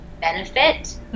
benefit